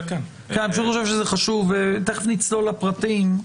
תיכף נצלול לפרטים,